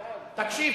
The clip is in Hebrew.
תקשיב,